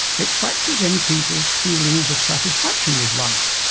it factors in people's feelings of satisfaction with life,